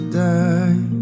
die